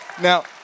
Now